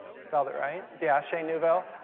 spelled it right? yeah. shane neuville.